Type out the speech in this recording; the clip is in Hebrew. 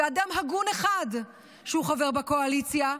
אדם הגון אחד שחבר בקואליציה,